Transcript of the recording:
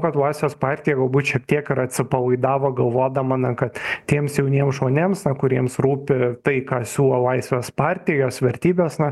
kad laisvės partija galbūt šiek tiek ir atsipalaidavo galvodama na kad tiems jauniems žmonėms na kuriems rūpi tai ką siūlo laisvės partija jos vertybės na